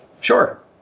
Sure